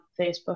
Facebook